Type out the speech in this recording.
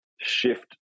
shift